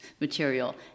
material